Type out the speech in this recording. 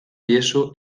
diezu